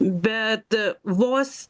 bet vos